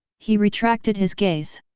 he retracted his gaze.